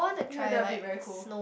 ya that'll be very cool